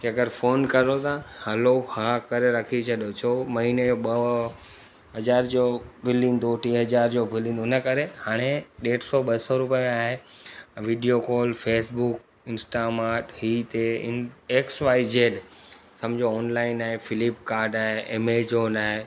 की अगरि फोन करो था हलो हा करे रखी छॾो छो महीने जो ॿ हज़ार जो बिल इंदो हो टी हज़ारें जो बिल इंदो हो इन करे हाणे ॾेढ सौ ॿ सौ रुपिया आहे वीडियो कॉल फेसबुक इंस्टामार्ट हीअ थिए एक्स वाइ जेड सम्झो ऑनलाइन आहे फिलिपकार्ड आहे अमेजोन आहे